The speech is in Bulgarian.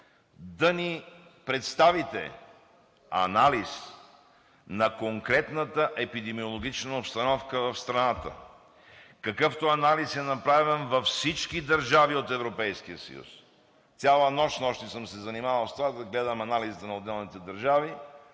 да ни представите анализ на конкретната епидемиологична обстановка в страната, какъвто анализ е направен във всички държави от Европейския съюз. Цяла нощ снощи съм се занимавал с това да гледам анализа на отделните държави